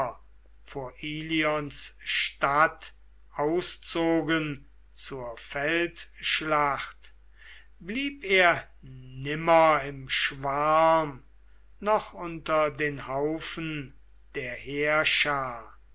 vor ilions stadt auszogen zur feldschlacht blieb er nimmer im schwarm noch unter den haufen der heerschar